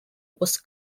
was